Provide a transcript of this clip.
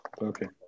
Okay